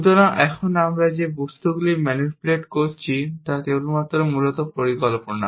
সুতরাং এখন আমরা যে বস্তুগুলিকে ম্যানিপুলেট করছি তা কেবলমাত্র মূলত পরিকল্পনা